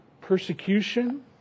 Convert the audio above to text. persecution